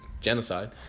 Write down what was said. genocide